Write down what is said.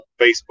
Facebook